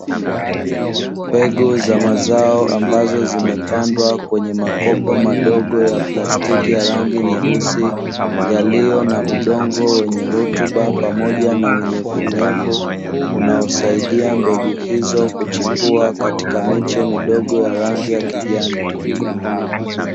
Mbegu za mazao ambazo zimepandwa kwenye makopo madogo ya plastiki ya rangi nyeusi, yaliyo na udongo wenye rutuba pamoja na unyevunyevu unaosaidia mbegu hizo kuchipua, katika miche midogo ya rangi ya kijani.